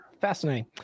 Fascinating